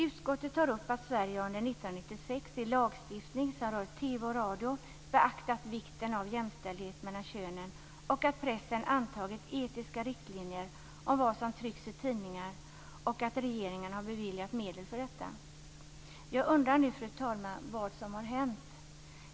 Utskottet tar upp att Sverige under 1996 i lagstiftning som rör TV och radio beaktat vikten av jämställdhet mellan könen, att pressen antagit etiska riktlinjer om vad som trycks i tidningar och att regeringen har beviljat medel för detta. Jag undrar nu, fru talman, vad som har hänt.